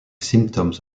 symptoms